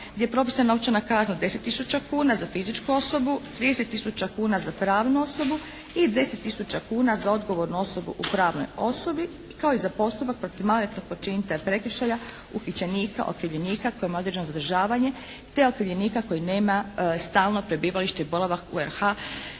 gdje je propisana novčana kazna od deset tisuća kuna za fizičku osobu, trideset tisuća kuna za pravnu osobu i deset tisuća kuna za odgovornu osobu u pravnoj osobi, kao i za postupak protiv maloljetnog počinitelja prekršaja, uhićenika, okrivljenika kojem je određeno zadržavanje, te okrivljenika koji nema stalno prebivalište i boravak u RH-a,